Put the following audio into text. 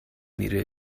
needed